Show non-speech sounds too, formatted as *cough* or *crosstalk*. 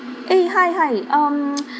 eh hi hi um *noise*